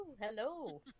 Hello